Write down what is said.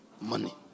money